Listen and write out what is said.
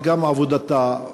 וגם עבודתה.